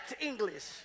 English